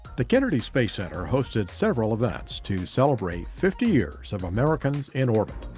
the kennedy space center hosted several events to celebrate fifty years of americans in orbit.